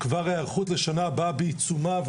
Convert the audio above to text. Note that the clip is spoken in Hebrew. כבר ההיערכות לשנה הבאה בעיצומה,